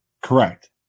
Correct